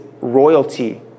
royalty